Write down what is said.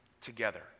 together